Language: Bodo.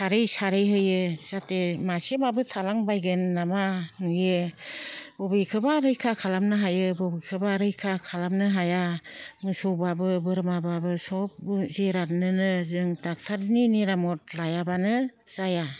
सारै सारै होयो जाहाथे मासेबाबो थालांबायगोन नामा नुयो बबेखौबा रैखा खालामनो हायो बबेखौबा रैखा खालामनो हाया मोसौबाबो बोरमाबाबो सबबो जिरादनोनो जों दक्ट'रनि निरामद लायाबानो जाया